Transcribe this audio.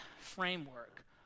framework